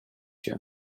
you